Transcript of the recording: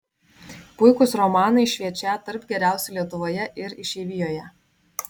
puikūs romanai šviečią tarp geriausių lietuvoje ir išeivijoje